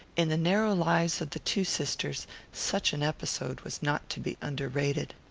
in the narrow lives of the two sisters such an episode was not to be under-rated.